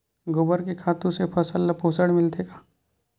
गोबर के खातु से फसल ल पोषण मिलथे का?